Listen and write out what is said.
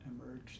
emerged